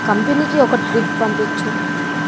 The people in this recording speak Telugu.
కంపినికి ఒక ట్వీట్ పంపిచ్చు